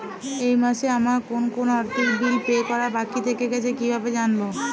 এই মাসে আমার কোন কোন আর্থিক বিল পে করা বাকী থেকে গেছে কীভাবে জানব?